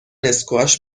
اسکواش